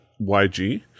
YG